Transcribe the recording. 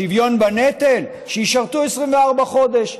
שוויון בנטל, שישרתו 24 חודשים.